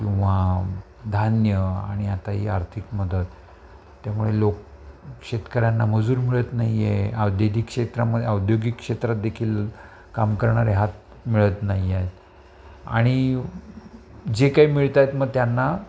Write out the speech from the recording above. किंवा धान्य आणि आताही आर्थिक मदत त्यामुळे लोक शेतकऱ्यांना मजूर मिळत नाहीये औदयोगिक क्षेत्रामध्ये औद्योगिक क्षेत्रात देखील काम करणारे हात मिळत नाहीयेत आणि जे काही मिळतायत मग त्यांना